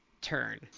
turn